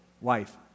wife